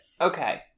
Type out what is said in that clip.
Okay